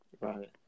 Right